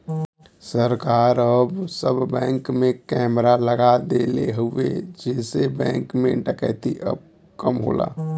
सरकार अब सब बैंक में कैमरा लगा देले हउवे जेसे बैंक में डकैती अब कम होला